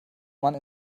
mann